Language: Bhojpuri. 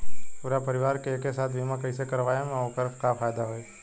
पूरा परिवार के एके साथे बीमा कईसे करवाएम और ओकर का फायदा होई?